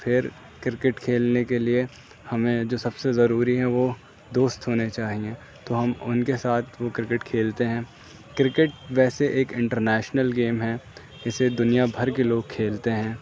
پھرکرکٹ کھیلنے کے لیے ہمیں جو سب سے ضروری ہے وہ دوست ہونے چاہئیں تو ہم ان کے ساتھ وہ کرکٹ کھیلتے ہیں کرکٹ ویسے ایک انٹر نیشنل گیم ہے اسے دنیا بھر کے لوگ کھیلتے ہیں